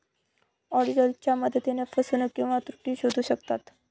ऑडिटरच्या मदतीने फसवणूक किंवा त्रुटी शोधू शकतात